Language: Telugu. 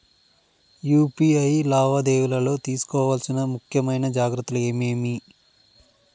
యు.పి.ఐ లావాదేవీలలో తీసుకోవాల్సిన ముఖ్యమైన జాగ్రత్తలు ఏమేమీ?